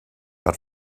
but